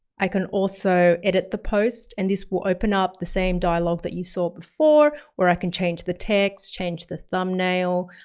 i can also edit the post, and this will open up the same dialogue that you saw before, or i can change the text, change the thumbnail,